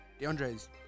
DeAndre's